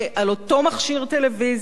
מכשיר טלוויזיה,